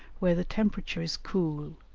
where the temperature is cool,